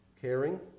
caring